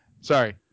Sorry